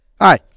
Hi